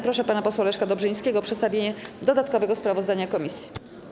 Proszę pana posła Leszka Dobrzyńskiego o przedstawienie dodatkowego sprawozdania komisji.